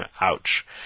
Ouch